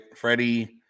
Freddie